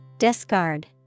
Discard